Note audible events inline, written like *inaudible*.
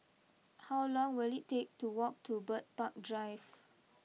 how long will it take to walk to Bird Park Drive *noise*